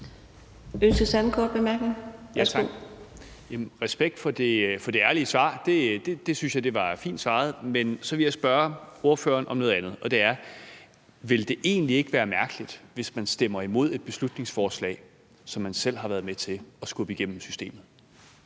Kl. 17:59 Peter Kofod (DF): Tak. Respekt for det ærlige svar. Jeg synes, det var fint svaret. Men så vil jeg spørge ordføreren om noget andet, og det er: Vil det egentlig ikke være mærkeligt, hvis man stemmer imod et beslutningsforslag, som man selv har været med til at skubbe igennem systemet?